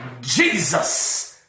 Jesus